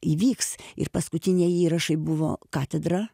įvyks ir paskutiniai įrašai buvo katedra